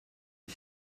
his